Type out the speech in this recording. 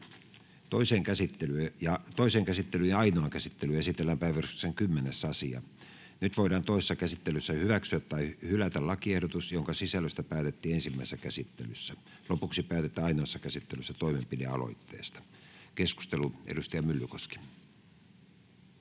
Toiseen käsittelyyn ja ainoaan käsittelyyn esitellään päiväjärjestyksen 24. asia. Nyt voidaan toisessa käsittelyssä hyväksyä tai hylätä lakiehdotukset, joiden sisällöstä päätettiin ensimmäisessä käsittelyssä. Lopuksi päätetään ainoassa käsittelyssä toimenpidealoitteesta.